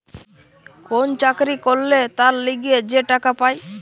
কোন চাকরি করলে তার লিগে যে টাকা পায়